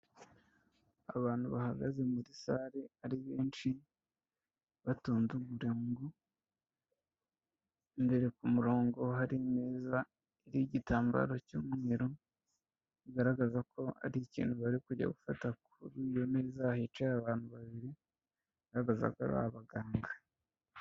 Abantu bahagaze muri sale ari benshi, batonze umurongo. Imbere ku murongo hari imeza y'igitambaro cy'umweru, kigaragaza ko ari ikintu bari kujya gufata kuri iyo meza hicaye abantu babiri, bagaragaza ko ari abaganga.